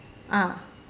uh